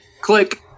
Click